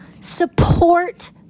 Support